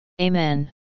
Amen